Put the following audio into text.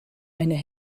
eine